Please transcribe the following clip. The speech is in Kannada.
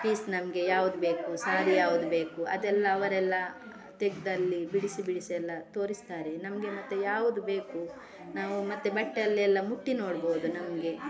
ಪೀಸ್ ನಮಗೆ ಯಾವ್ದು ಬೇಕು ಸಾರಿ ಯಾವ್ದು ಬೇಕು ಅದೆಲ್ಲ ಅವರೆಲ್ಲ ತೆಗೆದಲ್ಲಿ ಬಿಡಿಸಿ ಬಿಡಿಸಿಯೆಲ್ಲ ತೋರಿಸ್ತಾರೆ ನಮಗೆ ಮತ್ತೆ ಯಾವುದು ಬೇಕು ನಾವು ಮತ್ತೆ ಬಟ್ಟೆ ಅಲ್ಲೆಲ್ಲ ಮುಟ್ಟಿ ನೋಡ್ಬೋದು ನಮಗೆ